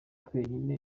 twenyine